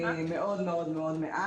מאוד מאוד מאוד מעט.